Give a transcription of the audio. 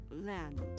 land